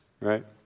right